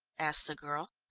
asked the girl.